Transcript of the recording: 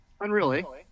Unreal